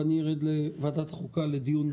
ואני ארד לוועדת חוקה לדיון.